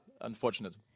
unfortunate